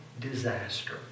disaster